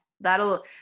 That'll